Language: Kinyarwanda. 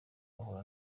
bahura